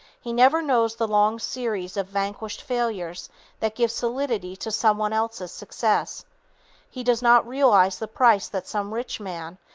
he never knows the long series of vanquished failures that give solidity to some one else's success he does not realize the price that some rich man,